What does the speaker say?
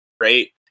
great